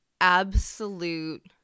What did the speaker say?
absolute